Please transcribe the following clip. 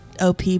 OP